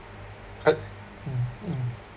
I mm mm